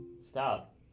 stop